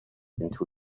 into